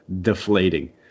deflating